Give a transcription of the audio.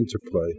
interplay